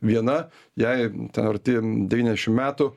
viena jai ten arti devyniašim metų